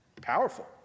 Powerful